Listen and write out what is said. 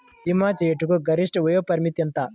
భీమా చేయుటకు గరిష్ట వయోపరిమితి ఎంత?